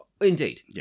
Indeed